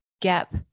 gap